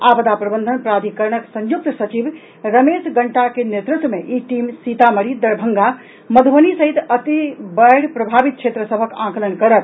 आपदा प्रबंधन प्राधिकरणक संयुक्त सचिव रमेश गंटा के नेतृत्व मे ई टीम सीतामढ़ी दरभंगा आ मधुबनी सहित अति बाढ़ि प्रभावित क्षेत्र सभक आकलन करत